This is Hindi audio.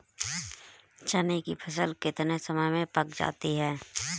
चने की फसल कितने समय में पक जाती है?